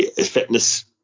Fitness